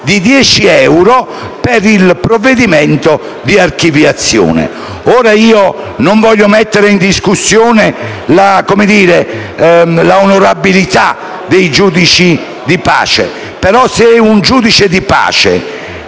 di 10 euro per il provvedimento di archiviazione. Ora, io non voglio mettere in discussione la onorabilitadei giudici di pace, pero se un giudice di pace